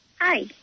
Hi